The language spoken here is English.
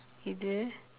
you there